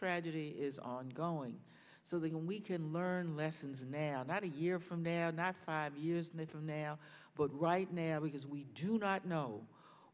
tragedy is ongoing so then we can learn lessons man not a year from now not five years now from now but right now because we do not know